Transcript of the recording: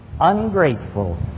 ungrateful